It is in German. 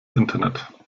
internet